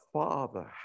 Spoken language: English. father